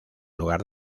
lugar